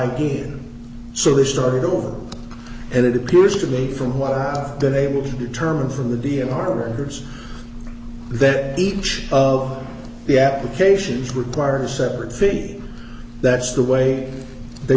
again so they started over and it appears to me from what i've been able to determine from the d n r orders that each of the applications require a separate thing that's the way they